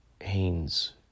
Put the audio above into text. Haynes